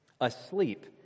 Asleep